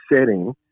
setting